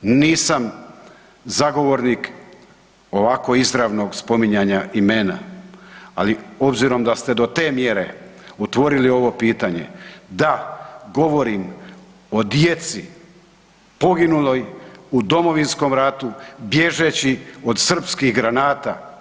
Nisam zagovornik ovako izravnog spominjanja imena ali obzirom da ste do te mjere otvorili ovo pitanje, da, govorim o djeci poginuloj u Domovinskom ratu bježeći od srpskih granata.